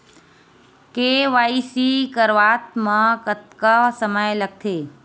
KYC करवात म कतका समय लगथे?